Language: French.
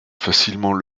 facilement